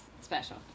special